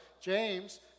James